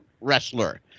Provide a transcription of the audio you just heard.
wrestler